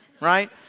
right